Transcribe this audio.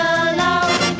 alone